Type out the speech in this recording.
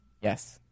Yes